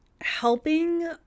helping